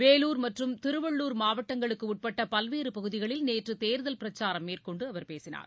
வேலூர் மற்றும் திருவள்ளூர் மாவட்டங்களுக்குட்பட்ட பல்வேறு பகுதிகளில் நேற்று தேர்தல் பிரச்சாரம் மேற்கொண்டு அவர் பேசினார்